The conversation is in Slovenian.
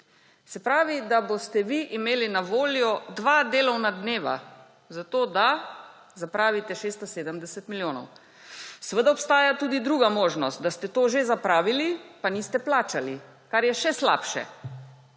Se pravi, da boste vi imeli na voljo dva delovna dneva za to, da zapravite 670 milijonov. Seveda obstaja tudi druga možnost, da ste to že zapravili, pa niste plačali, kar je še slabše.